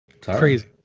Crazy